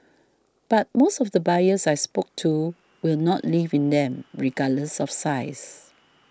but most of the buyers I spoke to will not live in them regardless of size